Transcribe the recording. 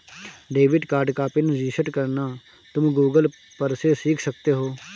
debit card का pin reset करना तुम गूगल पर से सीख सकते हो